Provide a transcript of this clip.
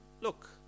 look